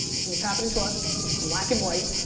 this is what's happening to us it's black and white.